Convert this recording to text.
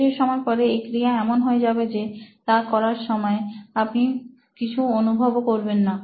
কিছু সময় পরে এই ক্রিয়া এমন হয়ে যাবে যে তা করার সময় আপনি কিছু অনুভবও করবেন না